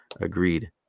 Agreed